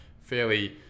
fairly